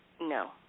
no